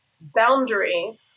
boundary